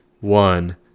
one